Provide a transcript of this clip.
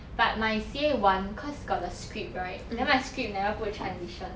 but my C_A one cause got the script right then my script never put transition